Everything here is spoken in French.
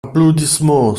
applaudissements